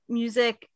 music